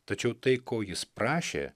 tačiau tai ko jis prašė